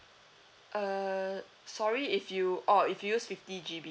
err sorry if you orh if you use fifty G_B